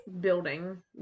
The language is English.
building